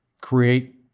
create